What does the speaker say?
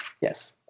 Yes